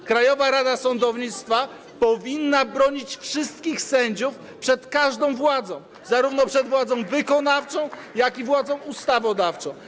A Krajowa Rada Sądownictwa powinna bronić wszystkich sędziów przed każdą władzą, zarówno przed władzą wykonawczą, jak i władzą ustawodawczą.